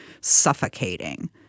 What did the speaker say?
suffocating